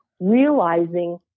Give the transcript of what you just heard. realizing